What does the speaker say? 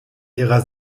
ihrer